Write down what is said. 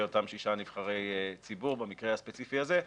אותם שישה נבחרי ציבור במקרה הספציפי הזה.